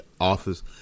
office